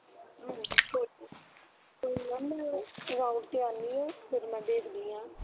ਹਾਂਜੀ ਕੋਈ ਨਹੀਂ ਕੋਈ ਨਹੀਂ ਮੈਮ ਰਾਊਂਡ 'ਤੇ ਆਉਂਦੀ ਹਾਂ ਫਿਰ ਮੈਂ ਦੇਖਦੀ ਹਾਂ